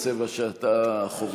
אם כי הצבע שאתה חובש,